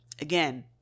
Again